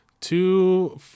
two